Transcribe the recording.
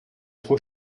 trop